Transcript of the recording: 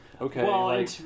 okay